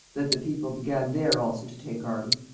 that the people began there also to take arms,